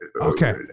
Okay